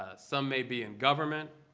ah some may be in government.